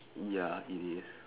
ya it is